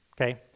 okay